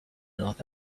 north